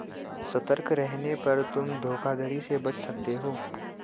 सतर्क रहने पर तुम धोखाधड़ी से बच सकते हो